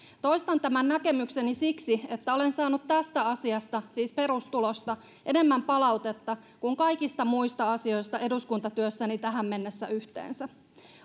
toistan tämän näkemykseni siksi että olen saanut tästä asiasta siis perustulosta enemmän palautetta kuin kaikista muista asioista eduskuntatyössäni tähän mennessä yhteensä